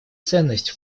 ценность